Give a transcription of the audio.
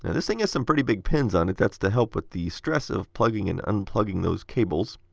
and this thing has some pretty big pins on it, that's to help with the stress of plugging and unplugging those cables.